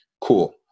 Cool